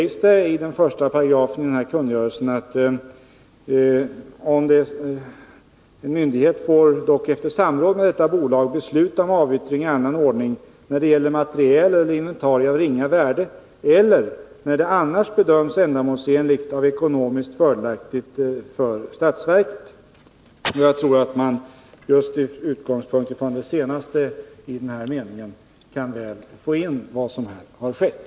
I 1 § i kungörelsen sägs bl.a. följande: ”En myndighet får dock, efter samråd med detta bolag, besluta om avyttring i annan ordning när det gäller materiel eller inventarier av ringa värde eller när det annars bedöms ändamålsenligt och ekonomiskt fördelaktigt för statsverket.” Jag tror att man just med utgångspunkt i de sista orden i denna mening kan täcka in vad som här har skett.